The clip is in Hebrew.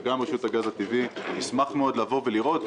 והתעשייה וגם רשות הגז הטבעי נשמח מאוד לבוא ולראות.